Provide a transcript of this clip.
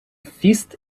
фіст